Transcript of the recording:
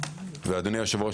ואדוני היושב-ראש,